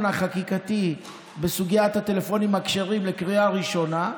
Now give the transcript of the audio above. החקיקתי בסוגיית הטלפונים הכשרים לקריאה ראשונה.